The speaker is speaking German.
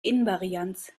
invarianz